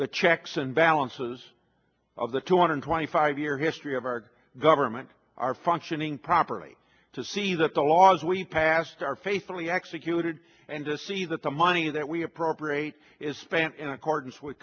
the checks and balances of the two hundred twenty five year history of our government are functioning properly to see that the laws we've passed are faithfully executed and to see that the money that we appropriate is spent in accordance with